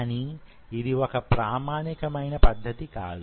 కానీ ఇది వొక ప్రామాణికమైన పద్ధతి కాదు